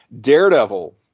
Daredevil